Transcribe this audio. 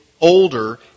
older